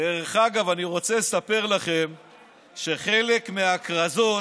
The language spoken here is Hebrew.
דרך אגב, אני רוצה לספר לכם שחלק מהכרזות